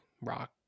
rock